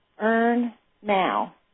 EARN-NOW